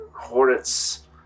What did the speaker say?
Hornet's